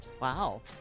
Wow